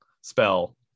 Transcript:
spell